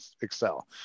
excel